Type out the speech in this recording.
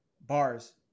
Bars